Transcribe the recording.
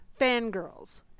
fangirls